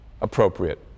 appropriate